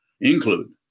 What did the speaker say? include